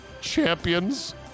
champions